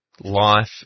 life